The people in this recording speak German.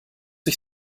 ich